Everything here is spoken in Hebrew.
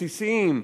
בסיסיים,